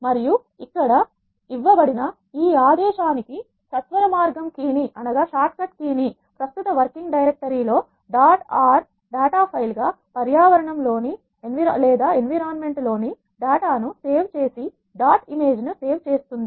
మరియు ఇక్కడ ఇవ్వబడిన ఈ ఆదేశానికి సత్వరమార్గం షార్ట్ కట్ కీ ప్రస్తుత వర్కింగ్ డైరెక్టరీలో డాట్ R డేటా ఫైల్ గా పర్యావరణంలోని ఎన్విరాన్మెంట్ లోని డేటా ను సేవ్ చేసి డాట్ ఇమేజ్ ను సేవ్ చేస్తుంది